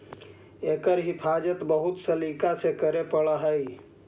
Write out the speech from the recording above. एकर हिफाज़त बहुत सलीका से करे पड़ऽ हइ